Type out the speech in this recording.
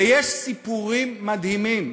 ויש סיפורים מדהימים.